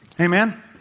Amen